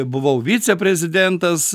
buvau viceprezidentas